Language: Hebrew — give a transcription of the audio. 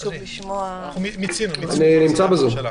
אני נמצא בזום.